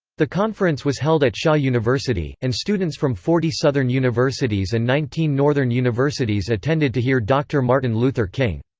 the conference was held at shaw university, and students from forty southern universities and nineteen northern universities attended to hear dr. martin luther king.